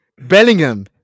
Bellingham